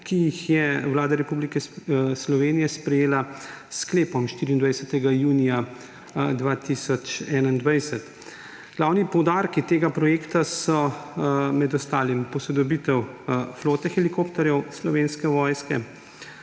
ki jih je Vlada Republike Slovenije sprejela s sklepom 24. junija 2021. Glavni poudarki tega projekta so med ostalim posodobitev flote helikopterjev Slovenske vojske,